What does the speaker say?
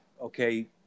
okay